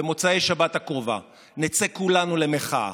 במוצאי שבת הקרובה נצא כולנו למחאה,